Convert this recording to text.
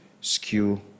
skew